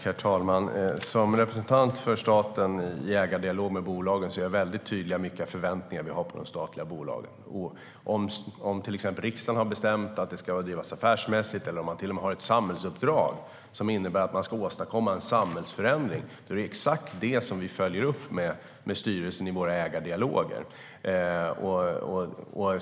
Herr talman! Som representant för staten är jag i ägardialogen med de statliga bolagen väldigt tydlig med vilka förväntningar vi har på dem. Om riksdagen till exempel har bestämt att de ska drivas affärsmässigt eller att de till och med har ett samhällsuppdrag, som innebär att de ska åstadkomma en samhällsförändring, är det exakt det som vi följer upp med styrelsen i våra ägardialoger.